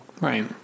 Right